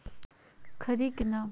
खड़ी के नाम?